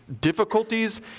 difficulties